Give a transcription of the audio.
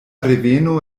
reveno